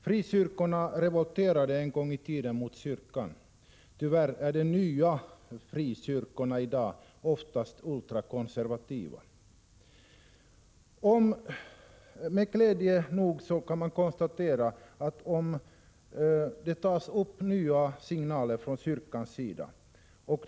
Frikyrkorna revolterade en gång i tiden mot kyrkan, men tyvärr är de nya frikyrkorna i dag oftast ultrakonservativa. Glädjande nog kan man dock konstatera nya signaler från kyrkligt håll.